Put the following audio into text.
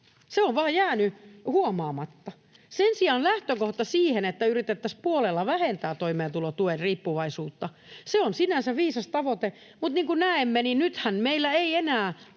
Se on vaan jäänyt huomaamatta. Sen sijaan se lähtökohta, että yritettäisiin puolella vähentää toimeentulotukiriippuvaisuutta, on sinänsä viisas tavoite, mutta niin kuin näemme, nythän meillä ei enää